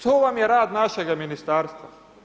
To vam je rad našega Ministarstva.